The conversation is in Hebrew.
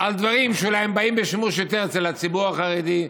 על דברים שאולי הם באים בשימוש יותר אצל הציבור החרדי,